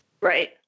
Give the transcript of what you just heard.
Right